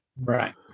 Right